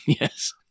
Yes